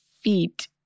feet